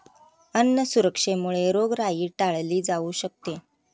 अन्न सुरक्षेमुळे रोगराई टाळली जाऊ शकते